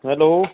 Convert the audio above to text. hello